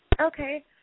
Okay